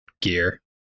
gear